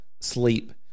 sleep